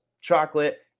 chocolate